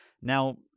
Now